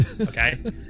Okay